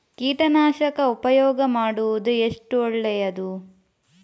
ಕೀಟನಾಶಕ ಉಪಯೋಗ ಮಾಡುವುದು ಎಷ್ಟು ಒಳ್ಳೆಯದು?